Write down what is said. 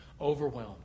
overwhelmed